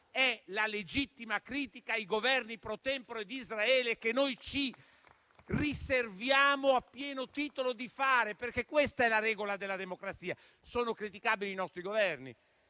è la legittima critica ai Governi *pro tempore* di Israele, che noi ci riserviamo a pieno titolo di fare, perché questa è la regola della democrazia. I nostri Governi